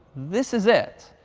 this is it.